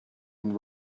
and